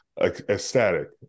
ecstatic